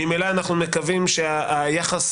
ממילא אנחנו מקווים שהיחס